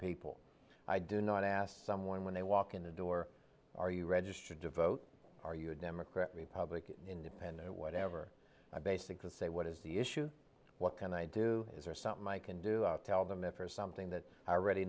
people i do not ask someone when they walk in the door are you registered to vote are you a democrat republican independent whatever i basically say what is the issue what can i do is there something i can do tell them if there's something that i already